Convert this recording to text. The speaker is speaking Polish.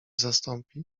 zastąpi